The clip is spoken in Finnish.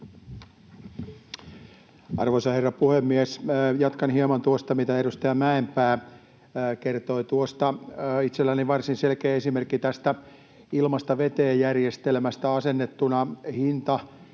Arvoisa herra puhemies! Jatkan hieman tuosta, mitä edustaja Mäenpää kertoi. Itselläni on varsin selkeä esimerkki tästä ilmasta veteen ‑järjestelmästä. Asennettuna hinta